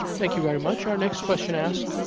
thank you very much. our next question asks,